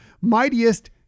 mightiest